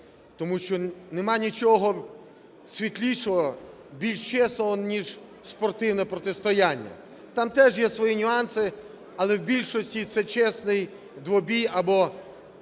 тому що нема нічого світлішого, більш чесного, ніж спортивне протистояння. Там теж є свої нюанси, але в більшості – це чесний двобій або